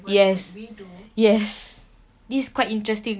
yes yes this quite interesting